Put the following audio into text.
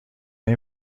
این